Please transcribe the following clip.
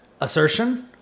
assertion